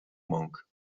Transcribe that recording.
monk